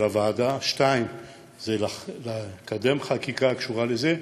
2. לקדם חקיקה הקשורה לזה,